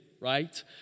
right